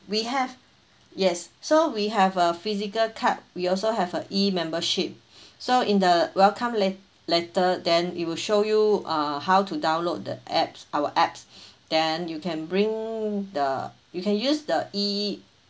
we have yes so we have a physical card we also have a e membership so in the welcome let~ letter then it will show you uh how to download the apps our apps then you can bring the you can use the e